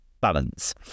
balance